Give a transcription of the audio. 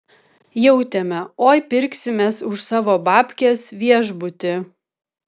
jautėme oi pirksimės už savo babkes viešbutį